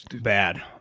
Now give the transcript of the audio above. bad